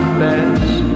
best